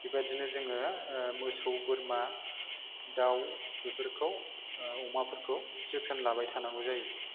बेबायदिनो जोङो मोसौ बोरमा दाव बेफोरखौ अमाफोरखौ जोथोन लाबाय थानांगौ जायो